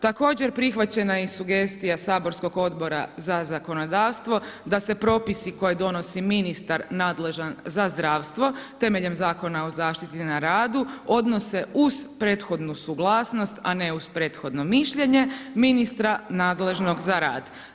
Također prihvaćena je i sugestija saborskog Odbora za zakonodavstvo da se propisi koje donosi ministar nadležan za zdravstvo, temeljem Zakona o zaštiti na radu, odnose uz prethodnu suglasnost a ne uz prethodno mišljenje ministra nadležnog za rad.